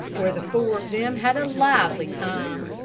where the four of them had a lively time.